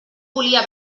volia